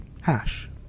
Hash